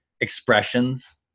expressions